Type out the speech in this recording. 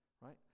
Right